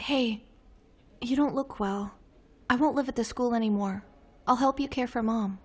hey you don't look well i don't live at the school anymore i'll help you care for mom